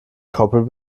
koppel